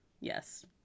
Yes